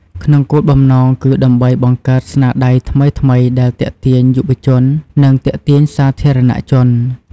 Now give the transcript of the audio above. ក្នុងគោលបំណង គឺដើម្បីបង្កើតស្នាដៃថ្មីៗដែលទាក់ទាញយុវជន និងទាក់ទាញសាធារណៈជន។